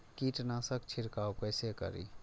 कीट नाशक छीरकाउ केसे करी?